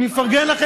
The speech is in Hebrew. בוא נחליף,